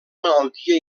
malaltia